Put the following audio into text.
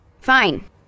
fine